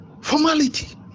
Formality